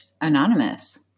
anonymous